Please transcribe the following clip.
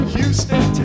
Houston